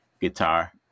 guitar